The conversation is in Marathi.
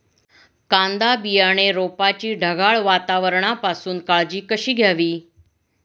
कांदा बियाणे रोपाची ढगाळ वातावरणापासून काळजी कशी घ्यावी?